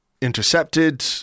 Intercepted